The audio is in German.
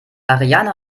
ariane